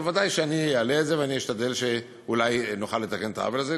אבל ודאי שאני אעלה את זה ואני אשתדל שאולי נוכל לתקן את העוול הזה.